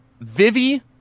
Vivi